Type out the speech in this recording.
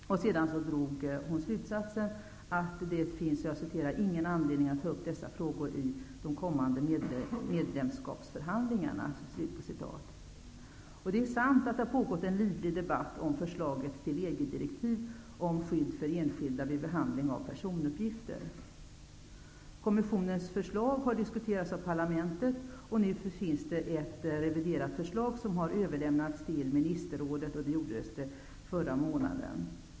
Sedan drog hon slutsatsen att det finns ''ingen anledning att ta upp dessa frågor i de kommande medlemskapsförhandlingarna''. Det är sant att det har pågått en livlig debatt om förslaget till EG-direktiv om skydd för enskilda vid behandling av personuppgifter. Kommissionens förslag har diskuterats av parlamentet och nu finns ett reviderat förslag som överlämnades till ministerrådet i förra månaden.